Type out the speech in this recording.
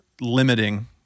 Limiting